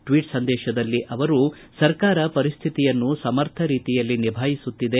tweet ಸಂದೇಶದಲ್ಲಿ ಅವರು ಸರ್ಕಾರ ಪರಿಸ್ಥಿತಿಯನ್ನು ಸಮರ್ಥ ರೀತಿಯಲ್ಲಿ ನಿಭಾಯಿಸುತ್ತಿದೆ